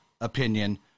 opinion